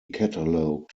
catalogued